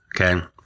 Okay